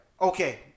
Okay